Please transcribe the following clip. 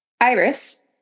Iris